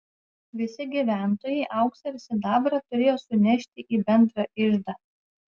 visi gyventojai auksą ir sidabrą turėjo sunešti į bendrą iždą